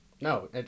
No